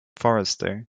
forrester